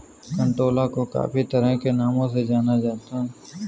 कंटोला को काफी तरह के नामों से जाना जाता है